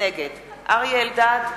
נגד אריה אלדד,